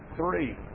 three